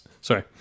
Sorry